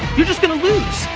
you're just gonna lose.